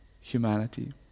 humanity